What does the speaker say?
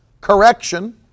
correction